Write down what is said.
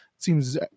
Seems